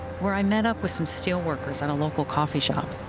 where i met up with some steelworkers at a local coffee shop.